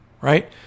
right